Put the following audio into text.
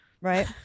right